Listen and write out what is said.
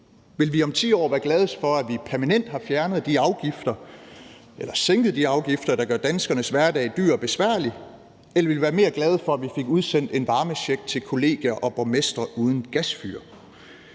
Vil vi om 10 år være gladest for, at vi permanent har fjernet eller sænket de afgifter, der gør danskernes hverdag dyr og besværlig, eller vil vi være gladere for, at vi fik udsendt en varmecheck til kollegier og borgmestre uden gasfyr?